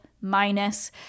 Minus